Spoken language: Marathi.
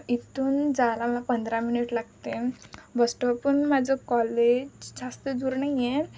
इथून जायला मला पंधरा मिनिट लागते बस स्टॉपहून माझं कॉलेज जास्त दूर नाही आहे